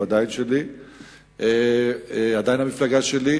הוא עדיין שלי, היא עדיין המפלגה שלי,